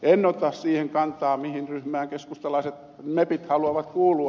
en ota siihen kantaa mihin ryhmään keskustalaiset mepit haluavat kuulua